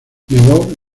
negó